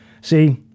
See